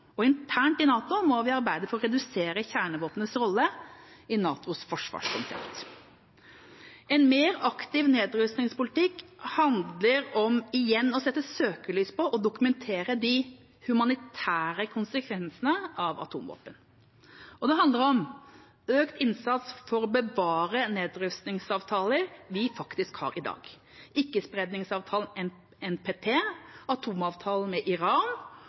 og våpensystemer i Europa. Og internt i NATO må vi arbeide for å redusere kjernevåpnenes rolle i NATOs forsvarskonsepter. En mer aktiv nedrustningspolitikk handler om igjen å sette søkelys på og dokumentere de humanitære konsekvensene av atomvåpen. Og det handler om økt innsats for å bevare nedrustningsavtalene vi faktisk har i dag: ikkespredningsavtalen NPT, atomavtalen med Iran